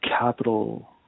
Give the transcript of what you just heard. capital